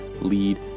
lead